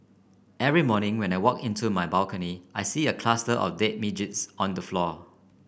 every morning when I walk into my balcony I see a cluster of dead midges on the floor